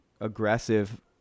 aggressive